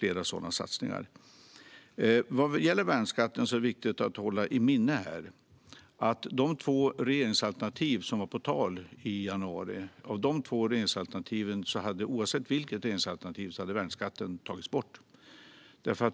Vad gäller värnskatten är det viktigt att hålla i minnet att oavsett vilket av de två regeringsalternativen som var på tal i januari hade värnskatten tagits bort.